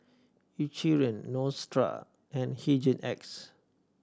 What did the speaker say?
Eucerin Neostrata and Hygin X